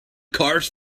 carved